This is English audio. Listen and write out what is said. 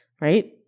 right